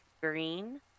Green